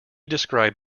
described